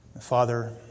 Father